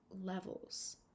levels